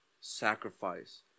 sacrifice